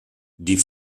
die